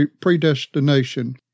predestination